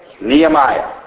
Nehemiah